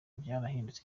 byarahindutse